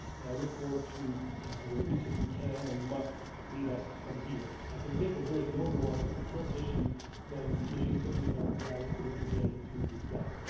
and i look forward to where each of you can and must lead us from here. i can think of really no more important issue than the issue that we have gathered here today to discuss.